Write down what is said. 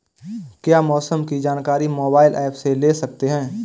क्या मौसम की जानकारी मोबाइल ऐप से ले सकते हैं?